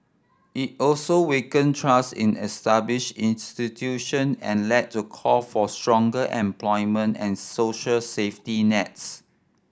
it also weakened trust in established institution and led to call for stronger employment and social safety nets